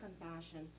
compassion